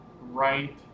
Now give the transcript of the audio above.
right